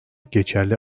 geçerli